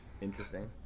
interesting